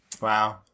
Wow